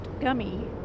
gummy